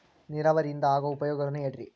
ನೇರಾವರಿಯಿಂದ ಆಗೋ ಉಪಯೋಗಗಳನ್ನು ಹೇಳ್ರಿ